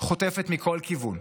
חוטפת מכל כיוון.